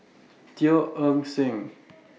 Teo Eng Seng